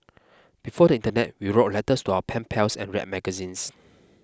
before the internet we wrote letters to our pen pals and read magazines